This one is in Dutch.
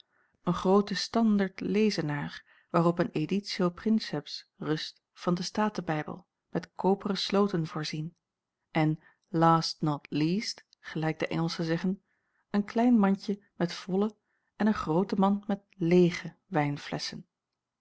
een grooten standertlezenaar waarop een editio princeps rust van den staten bijbel met koperen sloten voorzien en last not least gelijk de engelschen zeggen een klein mandje met volle en een groote mand met leêge